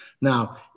Now